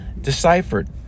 deciphered